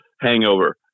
hangover